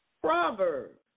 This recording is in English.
Proverbs